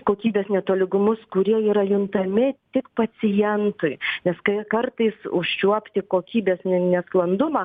kokybės netolygumus kurie yra juntami tik pacientui nes kai kartais užčiuopti kokybės ne nesklandumą